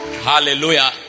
Hallelujah